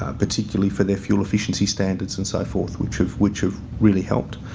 ah particularly for their fuel efficiency standards and so forth, which have, which have really helped.